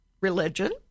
religion